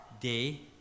day